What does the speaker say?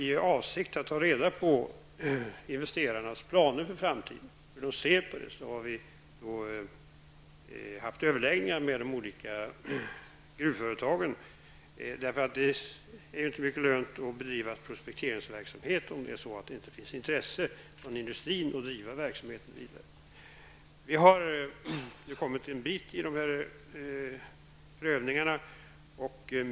I avsikt att ta reda på investerarnas planer för framtiden har vi haft överläggningar med de olika gruvföretagen. Det är ju inte lönt att bedriva prospekteringsverksamhet om det inte finns intresse från industrin att driva verksamheten vidare. Vi har kommit en bit i dessa prövningar.